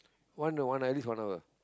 one or at least one hour